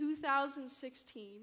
2016